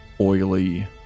oily